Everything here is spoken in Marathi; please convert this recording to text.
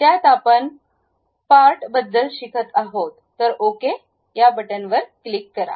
त्यात आपण पार्ट बद्दल शिकत आहोत तर ओके क्लिक करा